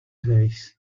says